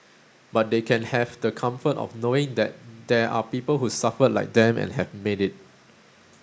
but they can have the comfort of knowing that there are people who suffered like them and have made it